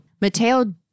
Mateo